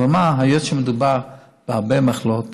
אבל מה, היות שמדובר בהרבה מחלות,